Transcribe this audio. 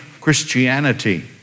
Christianity